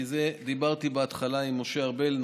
כי דיברתי על זה בהתחלה עם משה ארבל.